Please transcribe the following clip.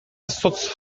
zotz